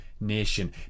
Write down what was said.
nation